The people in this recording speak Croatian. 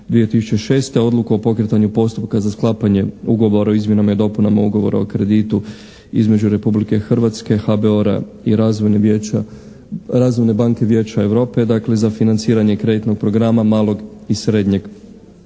2006. odluku o pokretanju postupka za sklapanje Ugovora o izmjenama i dopunama Ugovora o kreditu između Republike Hrvatske, HBOR-a i Razvojne banke Vijeća Europe, dakle, za financiranje kreditnog programa malog i srednjeg